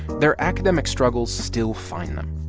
their academic struggles still find them.